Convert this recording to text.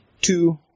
two